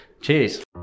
Cheers